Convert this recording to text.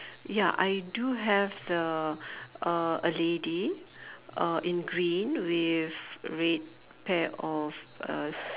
ya I do have the uh a lady uh in green with red pair of uh